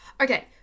Okay